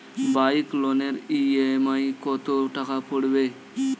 Bike লোনের EMI কত টাকা পড়বে?